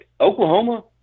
Oklahoma